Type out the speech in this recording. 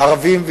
ערבים ויהודים,